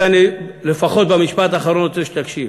ולפחות במשפט האחרון אני רוצה שתקשיב.